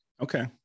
okay